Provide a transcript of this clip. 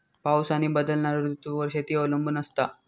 पाऊस आणि बदलणारो ऋतूंवर शेती अवलंबून असता